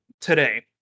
today